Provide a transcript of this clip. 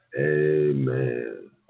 Amen